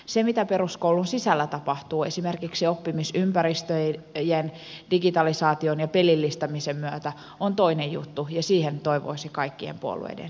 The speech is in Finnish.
se mitä peruskoulun sisällä tapahtuu esimerkiksi oppimisympäristöjen digitalisaation ja pelillistämisen myötä on toinen juttu ja siihen toivoisin kaikkien puolueiden sitoutuvan